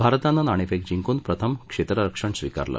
भारतानं नाणेफेक जिंकून प्रथम क्षेत्ररक्षण स्वीकारलं